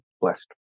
blessed